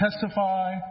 testify